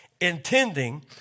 intending